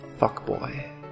Fuckboy